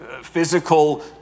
physical